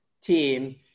team